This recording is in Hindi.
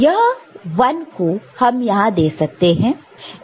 यह 1 को हम यहां दे सकते हैं